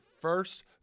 first